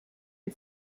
wir